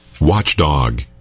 Watchdog